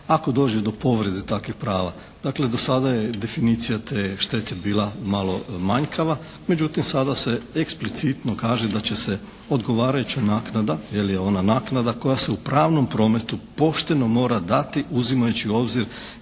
ako dođe do povrede takvih prava. Dakle, do sada je definicija te štete bila malo manjkava. Međutim, sada se eksplicitno kaže da će se odgovarajuća naknada, jer je ona naknada, koja se u pravnom prometu pošteno mora dati uzimajući u obzir